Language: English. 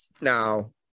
Now